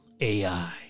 AI